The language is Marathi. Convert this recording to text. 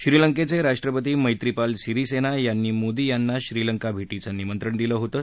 श्रीलंकेचे राष्ट्रपती मैत्रीपाल सिरिसेना यांनी मोदी यांना श्रीलंका भेटीचं निमंत्रण दिलं होतं